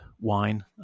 wine